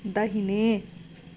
दाहिने